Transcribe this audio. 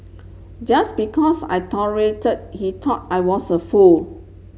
just because I tolerated he thought I was a fool